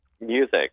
music